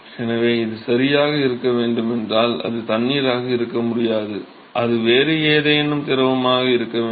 எனவே இது சரியாக இருக்க வேண்டும் என்றால் அது தண்ணீராக இருக்க முடியாது அது வேறு ஏதேனும் திரவமாக இருக்க வேண்டும்